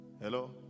hello